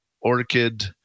orchid